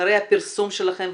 אחרי הפרסום שלכם,